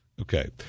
Okay